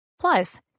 Plus